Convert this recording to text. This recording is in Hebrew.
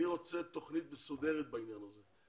אני רוצה תוכנית מסודרת בעניין הזה.